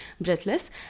breathless